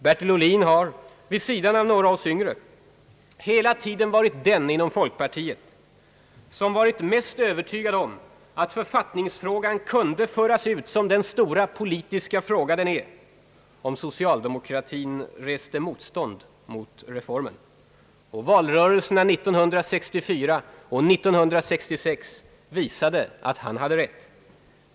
Bertil Ohlin har, vid sidan av några av oss yngre, hela tiden varit den inom folkpartiet som varit mest övertygad om att författningsfrågan kunde föras ut som den stora politiska fråga den är om socialdemokratin motsatte sig reformen. Valrörelserna 1964 och 1966 visade att han hade rätt.